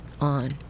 on